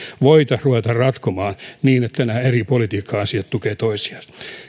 voitaisiin ruveta ratkomaan niin että nämä eri politiikka asiat tukisivat toisiaan